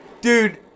Dude